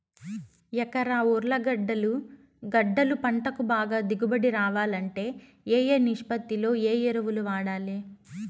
ఎకరా ఉర్లగడ్డలు గడ్డలు పంటకు బాగా దిగుబడి రావాలంటే ఏ ఏ నిష్పత్తిలో ఏ ఎరువులు వాడాలి?